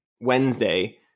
Wednesday